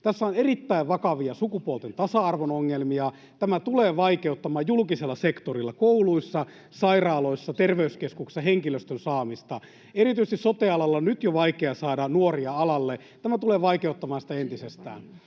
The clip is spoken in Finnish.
Tässä on erittäin vakavia sukupuolten tasa-arvon ongelmia. Tämä tulee vaikeuttamaan julkisella sektorilla kouluissa, sairaaloissa ja terveyskeskuksissa henkilöstön saamista. Erityisesti sote-alalla on jo nyt vaikea saada nuoria alalle, ja tämä tulee vaikeuttamaan sitä entisestään.